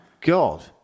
God